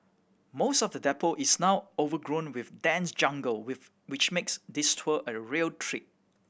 most of the depot is now overgrown with dense jungle with which makes this tour a real trek